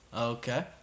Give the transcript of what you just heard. Okay